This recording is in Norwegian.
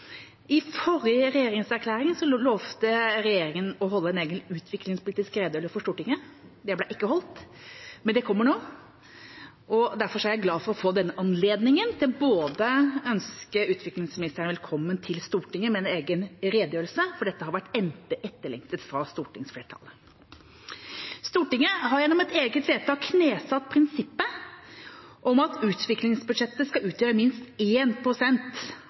I forrige regjeringserklæring lovte regjeringa å holde en egen utviklingspolitisk redegjørelse for Stortinget. Det ble ikke holdt, men det kommer nå. Derfor er jeg glad for å få denne anledningen til å ønske utviklingsministeren velkommen til Stortinget med en egen redegjørelse, for dette har vært etterlengtet fra stortingsflertallet. Stortinget har gjennom et eget vedtak knesatt prinsippet om at utviklingsbudsjettet skal utgjøre minst